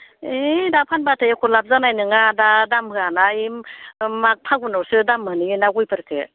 ओइ दा फानबाथाय एख' लाब जानाय नङा दा दाम होआ ना ओइ माग फागुनावसो दाम मोनहैयो ना गयफोरखौ